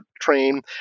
train